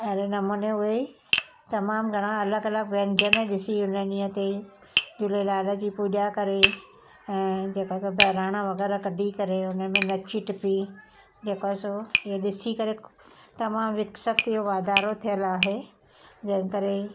अहिड़े नमूने उहे ई तमामु घणा अलॻि अलॻि व्यंजन ॾिसी हुन ॾींहं ते झूलेलाल जी पूॼा करे ऐं जेको आहे सो बहिराणा वग़ैरह कढी करे हुन में नची टपी जेको आहे सो इहो ॾिसी करे तमामु विकसित इहो वाधारो थियलु आहे जंहिं करे